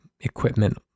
equipment